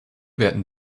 werden